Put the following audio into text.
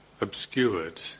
obscured